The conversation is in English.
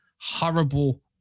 horrible